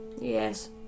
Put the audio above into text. Yes